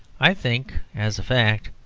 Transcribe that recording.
i think, as a fact,